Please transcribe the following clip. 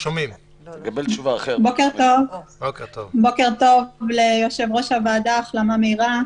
בוקר טוב ליושב-ראש הוועדה, החלמה מהירה,